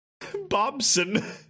Bobson